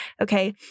Okay